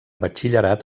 batxillerat